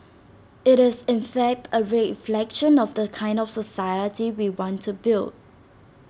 IT is in fact A reflection of the kind of society we want to build